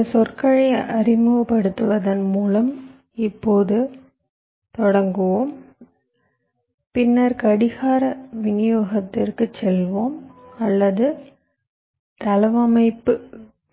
சில சொற்களை அறிமுகப்படுத்துவதன் மூலம் இப்போது தொடங்குவோம் பின்னர் கடிகார விநியோகத்திற்குச் செல்வோம் அல்லது தளவமைப்பு